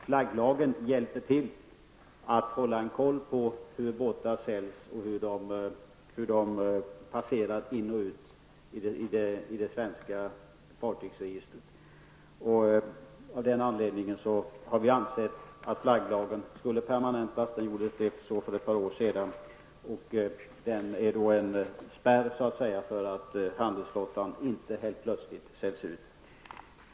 Flagglagen hjälper till att kontrollera hur båtar säljs och hur de passerar in och ut i det svenska fartygsregistret. Av den anledningen har vi ansett att fartygslagen skulle permanentas, och den permanentades också för ett par år sedan. Den är en spärr för att handelsfartygen inte helt plötsligt skall säljas ut.